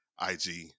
IG